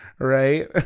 Right